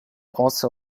also